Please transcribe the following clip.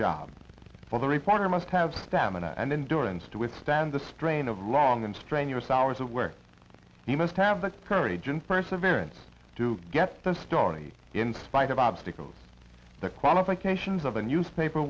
job for the reporter must have stamina and then durrance to withstand the strain of long and strenuous hours of work he must have that courage and perseverance to get the story in spite of obstacles the qualifications of a newspaper